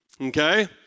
Okay